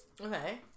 Okay